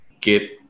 get